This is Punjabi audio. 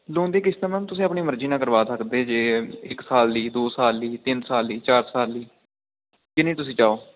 ਲੋਨ ਦੀ ਕਿਸ਼ਤ ਤਾਂ ਮੈਮ ਤੁਸੀਂ ਆਪਣੀ ਮਰਜ਼ੀ ਨਾਲ ਕਰਵਾ ਸਕਦੇ ਜੇ ਇੱਕ ਸਾਲ ਲਈ ਦੋ ਸਾਲ ਲਈ ਤਿੰਨ ਸਾਲ ਲਈ ਚਾਰ ਸਾਲ ਲਈ ਜਿੰਨੀ ਤੁਸੀਂ ਚਾਹੋ